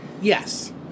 Yes